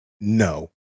no